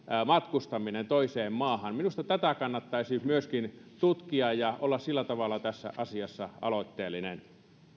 matkustaminen toiseen maahan minusta myöskin tätä kannattaisi tutkia ja olla sillä tavalla tässä asiassa aloitteellinen